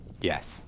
Yes